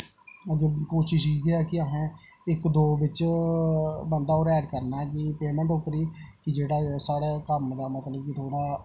अग्गें कोशश इ'यै कि असें इक दो बिच्च बंदा होर ऐड करना ऐ कि पेमैंट उप्पर गै कि जेह्ड़ा साढ़ा कम्म दा मतलब कि थोह्ड़ा